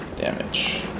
damage